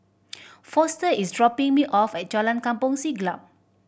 Foster is dropping me off at Jalan Kampong Siglap